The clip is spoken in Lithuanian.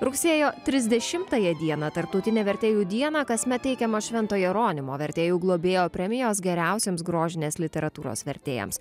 rugsėjo trisdešimtąją dieną tarptautinę vertėjų dieną kasmet teikiamos švento jeronimo vertėjų globėjo premijos geriausiems grožinės literatūros vertėjams